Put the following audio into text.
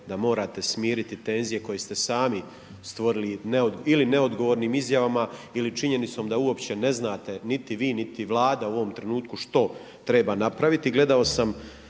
da morate smiriti tenzije koje ste sami stvorili ili neodgovornim izjavama ili činjenicom da uopće ne znate niti vi niti Vlada u ovom trenutku što treba napraviti.